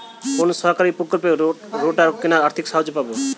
কোন সরকারী প্রকল্পে রোটার কেনার আর্থিক সাহায্য পাব?